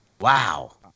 Wow